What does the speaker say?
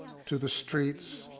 to the streets,